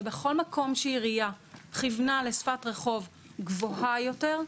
ובכול מקום שעירייה כיוונה לשפת רחוב גבוהה יותר,